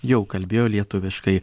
jau kalbėjo lietuviškai